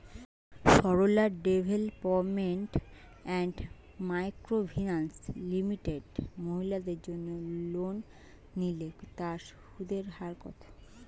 Sarala development and micro finance limited মহিলাদের জন্য loan নিলে তার সুদের হার কত?